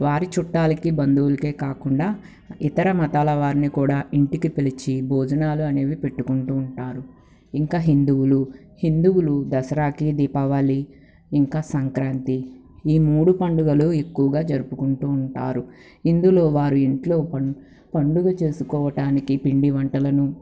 వారి చుట్టాలకి బంధువులకే కాకుండా ఇతర మతాల వారిని కూడా ఇంటికి పిలిచి భోజనాలు అనేవి పెట్టుకుంటూ ఉంటారు ఇంకా హిందువులు హిందువులు దసరాకి దీపావళి ఇంకా సంక్రాంతి ఈ మూడు పండుగలు ఎక్కువుగా జరుపుకుంటూ ఉంటారు ఇందులో వారి ఇంట్లో పండుగ చేసుకోవటానికి పిండి వంటలను